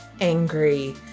angry